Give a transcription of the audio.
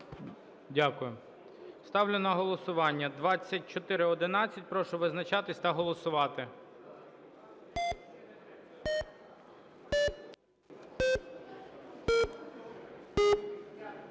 Дякую. Ставлю на голосування 2410. Прошу визначатись та голосувати.